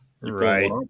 right